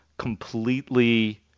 completely